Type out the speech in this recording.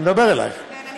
אני מדבר אלייך,